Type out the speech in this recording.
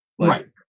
Right